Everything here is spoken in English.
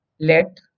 Let